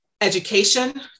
education